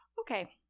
Okay